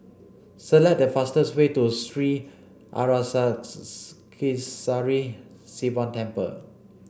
select the fastest way to Sri Sivan Temple